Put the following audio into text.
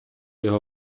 його